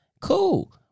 Cool